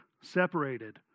separated